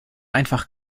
einfach